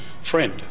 friend